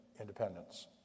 independence